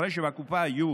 אחרי שבקופה יהיו,